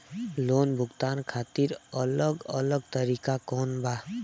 Loan भुगतान खातिर अलग अलग तरीका कौन बा?